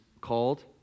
called